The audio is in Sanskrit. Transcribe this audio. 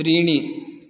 त्रीणि